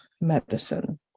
Medicine